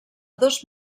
dos